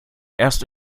erst